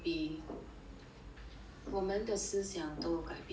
我们的思想都改变了